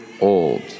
old